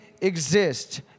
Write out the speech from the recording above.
exist